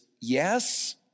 yes